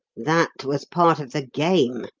that was part of the game.